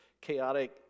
chaotic